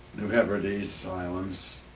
new hebrides islands